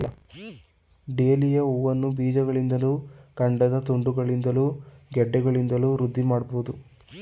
dahlia ಹೂವನ್ನ ಬೀಜಗಳಿಂದಲೂ ಕಾಂಡದ ತುಂಡುಗಳಿಂದಲೂ ಗೆಡ್ಡೆಗಳಿಂದಲೂ ವೃದ್ಧಿ ಮಾಡ್ಬಹುದು